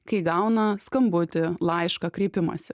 kai gauna skambutį laišką kreipimąsi